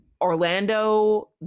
Orlando